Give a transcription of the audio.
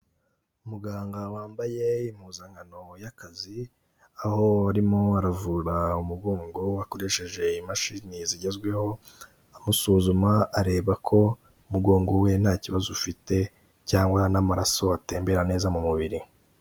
Umuganga wambaye impuzankano y'akazi, aho arimo aravura umugongo akoresheje imashini zigezweho, amusuzuma areba ko umugongo we nta kibazo ufite cyangwa n'amaraso atembera neza mu mubiri.